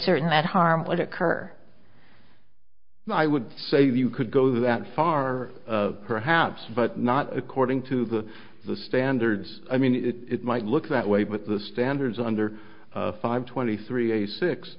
certain that harm would occur i would say you could go that far perhaps but not according to the the standards i mean it might look that way but the standards under five twenty three eighty six